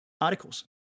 articles